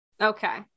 okay